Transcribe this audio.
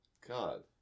God